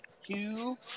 two